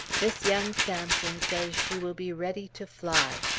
this young samson says she will be ready to fly.